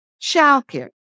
childcare